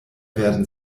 werden